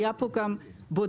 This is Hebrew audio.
היה פה גם בודק,